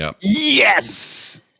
Yes